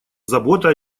забота